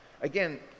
again